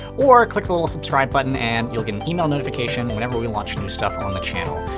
or click the little subscribe button and you'll get an email notification whenever we launch new stuff on the channel.